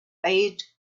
bade